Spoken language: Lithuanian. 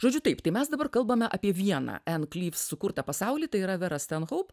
žodžiu taip tai mes dabar kalbame apie vieną ann klyvs sukurtą pasaulį tai yra verą stenhoup